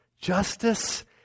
Justice